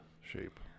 shape